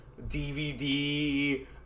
DVD